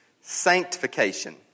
sanctification